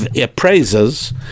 appraisers